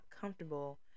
comfortable